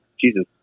Jesus